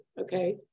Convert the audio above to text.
Okay